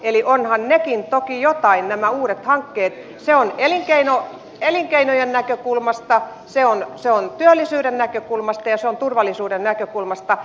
eli ovathan nekin toki jotain nämä uudet hankkeet elinkeinojen näkökulmasta työllisyyden näkökulmasta ja turvallisuuden näkökulmasta